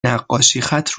نقاشیخط